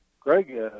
Greg